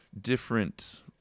different